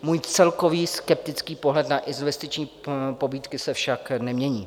Můj celkový skeptický pohled na investiční pobídky se však nemění.